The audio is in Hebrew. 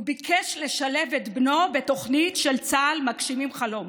הוא ביקש לשלב את בנו בתוכנית של צה"ל "מגשימים חלום",